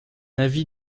avis